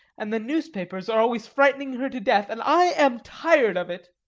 and the newspapers are always frightening her to death, and i am tired of it.